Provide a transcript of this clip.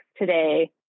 today